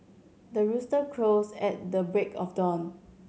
the rooster crows at the break of dawn